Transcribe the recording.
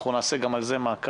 נעשה גם על זה מעקב.